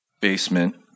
Basement